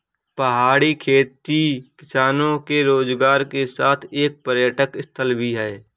पहाड़ी खेती किसानों के रोजगार के साथ एक पर्यटक स्थल भी है